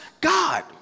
God